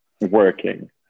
working